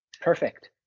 Perfect